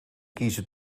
kiezen